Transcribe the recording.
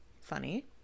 funny